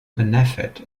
benefit